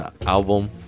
album